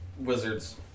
Wizards